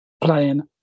playing